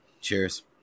Cheers